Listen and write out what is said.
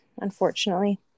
unfortunately